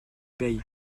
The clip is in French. paye